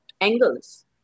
angles